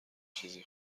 چیزی